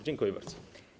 Dziękuję bardzo.